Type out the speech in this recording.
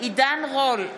עידן רול,